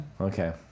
okay